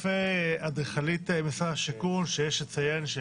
אדריכלית משרד השיכון סקרה פה יפה